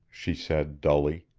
she said, dully.